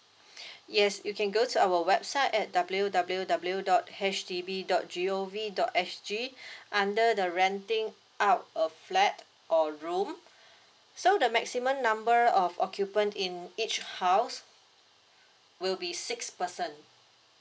yes you can go to our website at W W W dot H D B dot G O V dot S G under the renting out a flat or room so the maximum number of occupant in each house will be six person